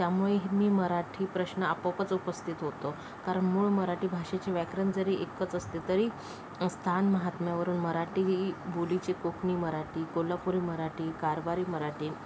त्यामुळेही मी मराठी प्रश्न आपोआपच उपस्थित होतो कारण मूळ मराठी भाषेचे व्याकरण जरी एकच असले तरी स्थानमहात्म्यावरून मराठी बोलीचे कोकणी मराठी कोल्हापुरी मराठी कारवारी मराठी